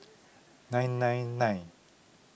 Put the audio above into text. nine nine nine